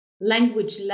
language